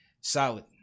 Solid